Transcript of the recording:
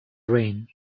reign